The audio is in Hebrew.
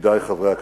ידידי חברי הכנסת,